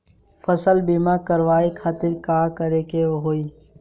फसल बीमा करवाए खातिर का करे के होई?